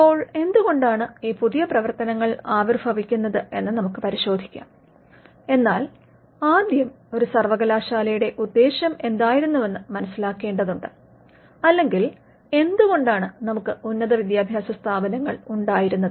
ഇപ്പോൾ എന്തുകൊണ്ടാണ് ഈ പുതിയ പ്രവർത്തനങ്ങൾ ആവിർഭവിക്കുന്നത് എന്ന് നമുക്ക് പരിശോധിക്കാം എന്നാൽ ആദ്യം ഒരു സർവ്വകലാശാലയുടെ ഉദ്ദേശ്യം എന്തായിരുന്നുവെന്ന് മനസിലാക്കേണ്ടതുണ്ട് അല്ലെങ്കിൽ എന്തുകൊണ്ടാണ് നമുക്ക് ഉന്നതവിദ്യാഭാസ സ്ഥാപനങ്ങൾ ഉണ്ടായിരുന്നത്